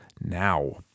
now